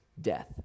death